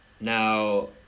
Now